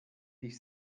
dich